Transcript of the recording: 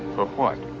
for what?